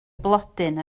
blodyn